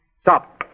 Stop